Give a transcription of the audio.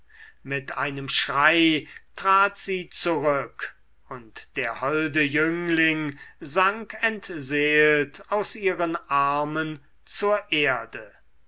mit einem schrei trat sie zurück und der holde jüngling sank entseelt aus ihren armen zur erde